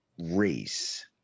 race